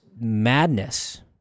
madness